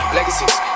Legacies